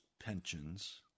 pensions